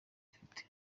afite